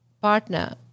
partner